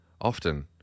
often